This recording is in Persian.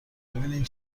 ببینین